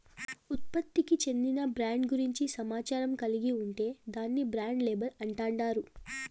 ఉత్పత్తికి చెందిన బ్రాండ్ గూర్చి సమాచారం కలిగి ఉంటే దాన్ని బ్రాండ్ లేబుల్ అంటాండారు